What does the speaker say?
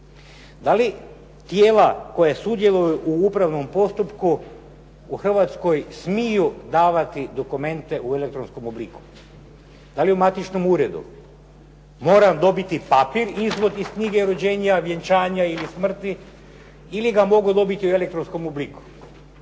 Da li tijela koja sudjeluju u upravnom postupku u Hrvatskoj smiju davati dokumente u elektronskom obliku, da li u matičnom uredu, moram dobiti papir i izvod iz knjige rođenja, vjenčanja ili smrti ili ga mogu dobiti u elektronskom obliku.